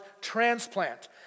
transplant